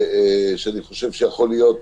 שאני חושב שיכול להיות,